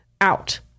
out